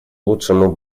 лучшему